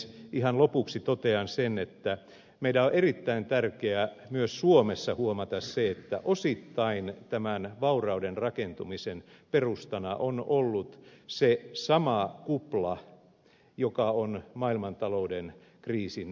ihan lopuksi totean sen että meidän on erittäin tärkeää myös suomessa huomata se että osittain tämän vaurauden rakentumisen perustana on ollut se sama kupla joka on maailmantalouden kriisin ytimenä